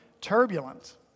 turbulent